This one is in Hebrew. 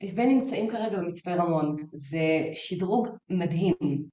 ונמצאים כרגע במצפה רמון, זה שדרוג מדהים.